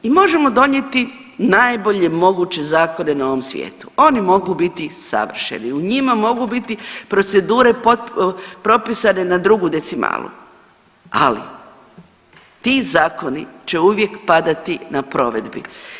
I možemo donijeti najbolje moguće zakona na ovom svijetu, oni mogu biti savršeni, u njima mogu biti procedure propisane na drugu decimalu, ali ti zakoni će uvijek padati na provedbi.